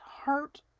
hurt